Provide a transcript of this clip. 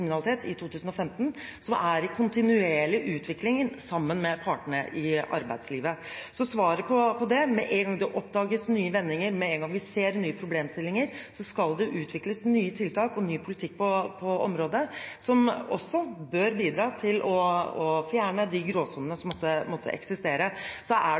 som er i kontinuerlig utvikling. Med en gang det oppdages nye vendinger, med en gang vi ser nye problemstillinger, skal det utvikles nye tiltak og ny politikk på området, som også bør bidra til å fjerne de gråsonene som måtte eksistere. Så er det